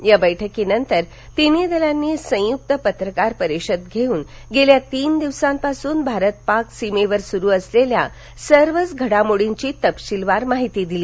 या बैठकीनंतर तिन्ही दलांनी संयुक्त पत्रकार परिषद घेऊन गेल्या तीन दिव्सांपासून भारत पाक सीमेवर सुरू असलेल्या सर्वच घडामोडींची तपशीलवार माहिती दिली